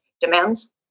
demands